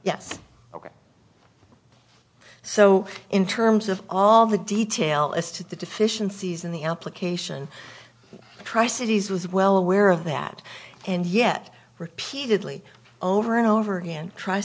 yes so in terms of all the detail as to the deficiencies in the application the tri cities was well aware of that and yet repeatedly over and over again tr